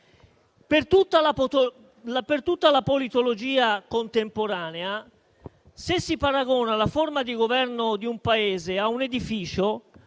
per tutta la politologia contemporanea, se si paragona la forma di governo di un Paese a un edificio,